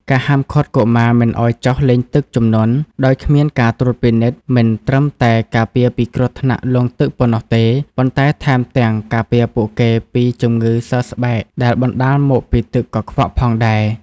ការហាមឃាត់កុមារមិនឱ្យចុះលេងទឹកជំនន់ដោយគ្មានការត្រួតពិនិត្យ មិនត្រឹមតែការពារពីគ្រោះថ្នាក់លង់ទឹកប៉ុណ្ណោះទេ ប៉ុន្តែថែមទាំងការពារពួកគេពីជំងឺសើស្បែកដែលបណ្តាលមកពីទឹកកខ្វក់ផងដែរ។